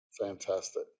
fantastic